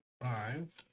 five